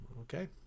Okay